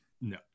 no